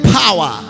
power